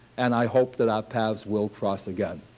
and i hope that our paths will cross again.